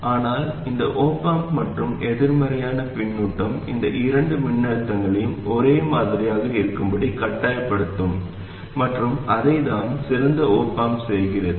ஆனால் இந்த op amp மற்றும் எதிர்மறையான பின்னூட்டம் இந்த இரண்டு மின்னழுத்தங்களையும் ஒரே மாதிரியாக இருக்கும்படி கட்டாயப்படுத்தும் மற்றும் அதைத்தான் சிறந்த op amp செய்கிறது